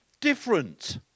different